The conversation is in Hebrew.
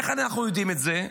איך אנחנו יודעים את זה?